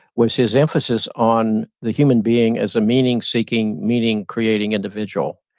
was his emphasis on the human being as a meaning-seeking, meeting-creating individual.